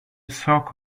sock